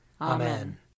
Amen